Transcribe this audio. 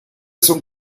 son